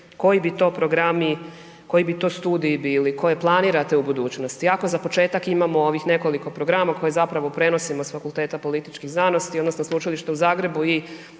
koji bi to studiji bili koje planirate u budućnosti. Ako za početak imamo ovih nekoliko programa koje zapravo prenosimo s Fakulteta političkih znanosti, odnosno Sveučilišta u Zagrebu